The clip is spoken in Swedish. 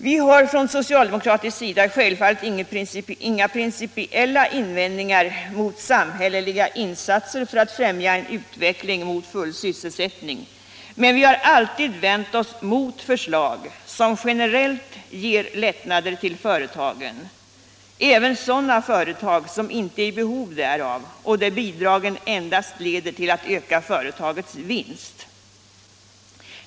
Vi har från socialdemokratisk sida självfallet inga principiella invändningar mot samhälleliga insatser för att främja en utveckling mot full sysselsättning. Men vi har alltid vänt oss mot förslag som generellt ger lättnader till företagen, även sådana företag som inte är i behov därav och där bidragen endast leder till att öka företagens vinst.